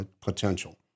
potential